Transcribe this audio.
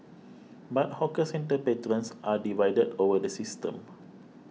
but hawker centre patrons are divided over the system